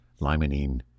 limonene